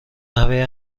نحوه